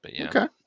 okay